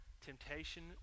temptation